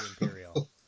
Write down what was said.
Imperial